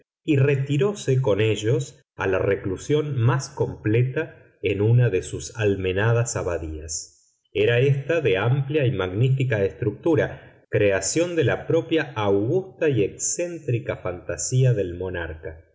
y retiróse con ellos a la reclusión más completa en una de sus almenadas abadías era ésta de amplia y magnífica estructura creación de la propia augusta y excéntrica fantasía del monarca